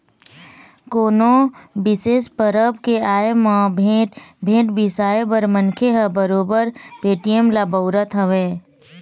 कोनो बिसेस परब के आय म भेंट, भेंट बिसाए बर मनखे ह बरोबर पेटीएम ल बउरत हवय